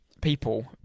people